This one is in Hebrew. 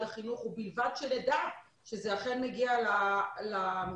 החינוך ובלבד שנדע שזה אכן מגיע למרכז.